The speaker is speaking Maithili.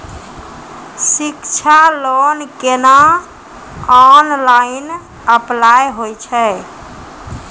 शिक्षा लोन केना ऑनलाइन अप्लाय होय छै?